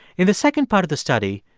in the second part of the study,